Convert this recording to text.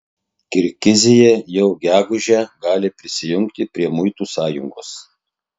kirgizija jau gegužę gali prisijungti prie muitų sąjungos